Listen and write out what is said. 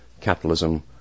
capitalism